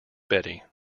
betty